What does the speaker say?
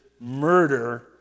murder